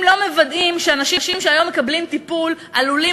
אם לא מוודאים שאנשים שהיום מקבלים טיפול עלולים